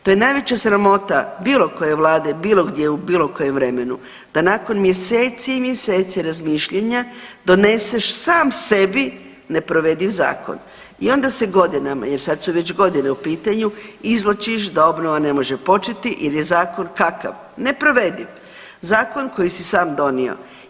To je najveća sramota bilo koje vlade bilo gdje u bilo kojem vremenu da nakon mjeseci i mjeseci razmišljanja doneseš sam sebi neprovediv zakon i onda se godinama jer sad su već godine u pitanje izvlačiš da obnova ne može početi jer je zakon kakav, neprovediv, zakon koji si sam donio.